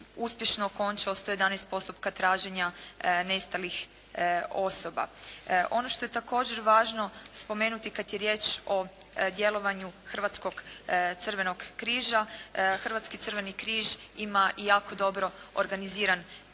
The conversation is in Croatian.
uspješno okončao 111 postupka traženja nestalih osoba. Ono što je također važno kada je riječ o djelovanju hrvatskog Crvenog križa. Hrvatski crveni križ ima i jako dobro organiziran